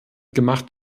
gemacht